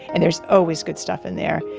and there's always good stuff in there.